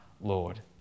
Lord